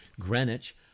Greenwich